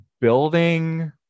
building